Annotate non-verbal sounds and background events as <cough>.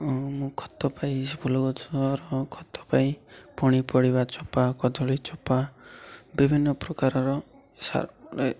ମୁଁ ଖତ ପାଇଁ ସେ ଫୁଲ ଗଛର ଖତ ପାଇଁ ପନିପରିବା ଚୋପା କଦଳୀ ଚୋପା ବିଭିନ୍ନ ପ୍ରକାରର <unintelligible>